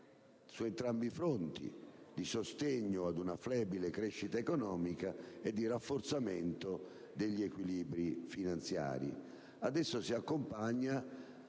su entrambi i fronti: di sostegno ad una flebile crescita economica e di rafforzamento degli equilibri finanziari. Ad esso si accompagna